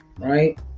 right